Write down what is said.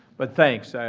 but thanks. so